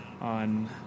on